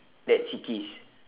that cheekies